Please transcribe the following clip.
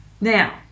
now